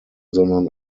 sondern